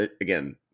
again